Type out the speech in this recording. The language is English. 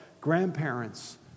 grandparents